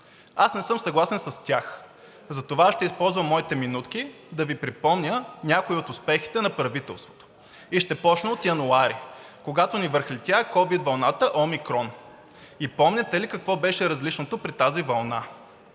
Аз не съм съгласен с тях. Затова ще използвам моите минутки да Ви припомня някои от успехите на правителството и ще започна от януари, когато ни връхлетя ковид вълната омикрон. И помните ли какво беше различното при тази вълна?